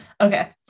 Okay